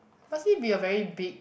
must it be a very big